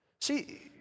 See